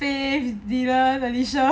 faith lydia alysha